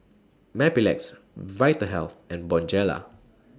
Mepilex Vitahealth and Bonjela